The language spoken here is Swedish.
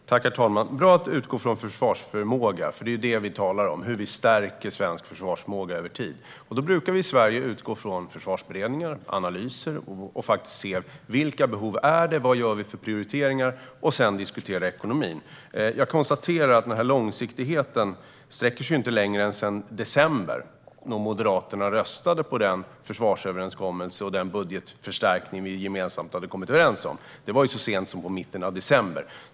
Herr talman! Det är bra att Hans Wallmark utgår från försvarsförmåga. Det är ju det vi talar om, hur vi stärker svensk försvarsförmåga över tid. Då brukar vi i Sverige utgå från försvarsberedningar och analyser och faktiskt se vilka behov som finns. Vad gör vi för prioriteringar? Sedan diskuterar vi ekonomin. Jag konstaterar att långsiktigheten inte sträcker sig längre än sedan december, då Moderaterna röstade på försvarsöverenskommelsen och den budgetförstärkning som vi gemensamt hade kommit överens om. Det var så sent som i mitten av december.